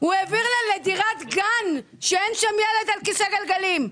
הוא העביר אותה לדירת גן כשאין שם ילד על כיסא גלגלים.